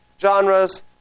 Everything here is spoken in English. genres